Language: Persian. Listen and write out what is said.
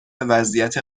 وضعیت